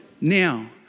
now